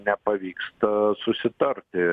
nepavyksta susitarti